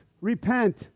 repent